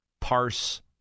parse